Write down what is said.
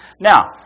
Now